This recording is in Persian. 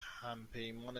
همپیمان